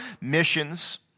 missions